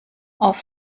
auf